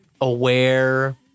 aware